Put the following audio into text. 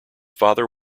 father